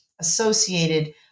associated